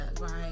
Right